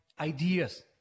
ideas